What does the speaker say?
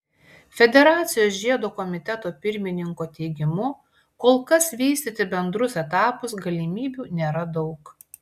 federacijos žiedo komiteto pirmininko teigimu kol kas vystyti bendrus etapus galimybių nėra daug